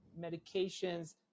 medications